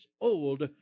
old